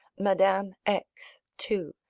madame x, too,